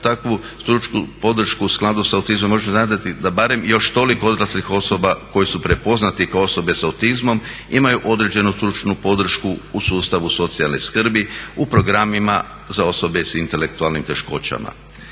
takvu stručnu podršku u skladu s autizmom može … da barem još toliko odraslih osoba koje su prepoznate kao osobe s autizmom, imaju određenu stručnu podršku u sustavu socijalne skrbi u programima za osobe s intelektualnim teškoćama.